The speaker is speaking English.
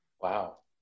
wow